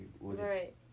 right